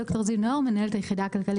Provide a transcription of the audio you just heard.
אני מנהלת היחידה הכלכלית בבנק ישראל,